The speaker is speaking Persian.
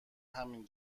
همین